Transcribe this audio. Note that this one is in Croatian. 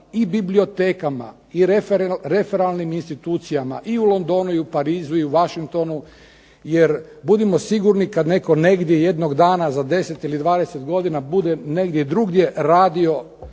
i bibliotekama i referalnim institucijama i u Londonu i Parizu i Washingtonu, jer budimo sigurni kada netko negdje jednog dana za 10, ili 20 godina bude negdje drugdje radio